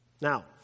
Now